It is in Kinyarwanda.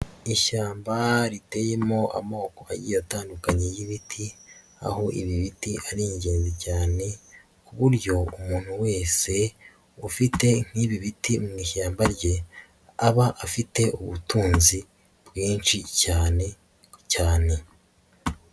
Ishyamba riteyemo amoko atandukanye y'ibiti, aho ibi biti ari ingenzi cyane ku buryo umuntu wese ufite nk'ibi biti mu ishyamba rye, aba afite ubutunzi bwinshi cyane cyane.